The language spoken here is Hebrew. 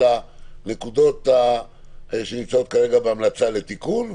הנקודות שנמצאות כרגע בהמלצה לתיקון.